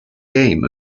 game